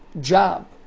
job